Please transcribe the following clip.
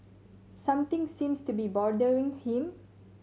something seems to be bothering him